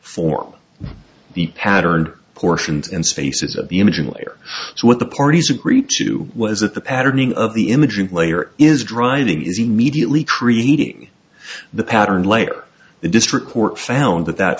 form the pattern portions and spaces of the imaging layer so what the parties agreed to was that the patterning of the imaging layer is driving is immediately creating the pattern layer the district court found that that